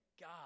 God